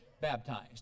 baptized